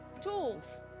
tools